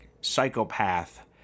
psychopath